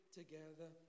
together